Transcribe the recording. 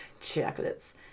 Chocolates